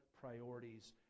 priorities